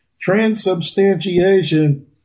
transubstantiation